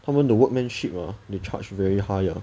他们的 workmanship ah they charge very high ah